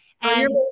And-